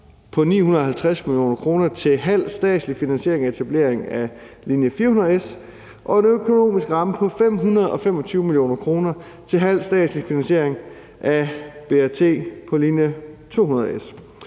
på 950 mio. kr. til halv statslig finansiering af etablering af en BRT på linje 400 S og en økonomisk ramme på 525 mio. kr. til halv statslig finansiering af BRT på linje 200 S.